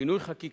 שינוי חקיקה.